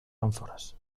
ánforas